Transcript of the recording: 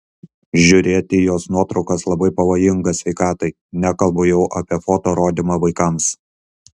žiūrėti į jos nuotraukas labai pavojinga sveikatai nekalbu jau apie foto rodymą vaikams